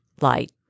light